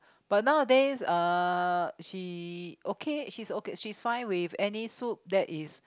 but nowadays uh she okay she's okay she's fine with any soup that is